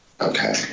Okay